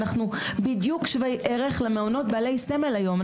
אנחנו בדיוק שווי ערך למעונות בעלי סמל היום,